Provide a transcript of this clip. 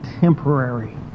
temporary